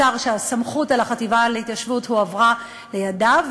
השר שהסמכות על החטיבה להתיישבות הועברה לידיו,